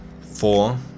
four